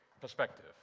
perspective